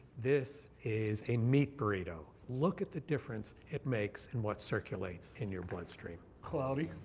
this is a meat burrito. look at the difference it makes in what circulates in your bloodstream. cloudy.